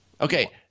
Okay